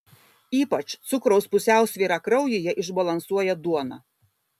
ypač cukraus pusiausvyrą kraujyje išbalansuoja duona